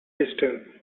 distance